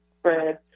spread